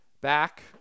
back